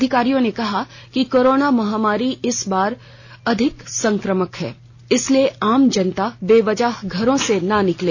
अधिकारियों ने कहा कि कोरोना महामारी इस बार अधिक संक्रामक है इसीलिए आम जनता बेवजह घरों से बाहर नहीं निकले